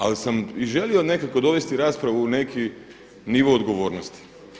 Ali sam i želio nekako dovesti raspravu u neki nivo odgovornosti.